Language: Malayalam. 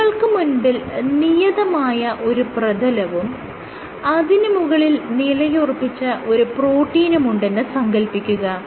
നിങ്ങൾക്ക് മുൻപിൽ നിയതമായ ഒരു പ്രതലവും അതിന് മുകളിൽ നിലയുറപ്പിച്ച ഒരു പ്രോട്ടീനുമുണ്ടെന്ന് സങ്കൽപ്പിക്കുക